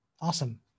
Awesome